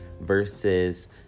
versus